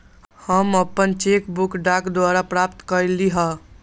हम अपन cheque book डाक द्वारा प्राप्त कईली ह